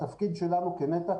התפקיד שלנו כנת"ע,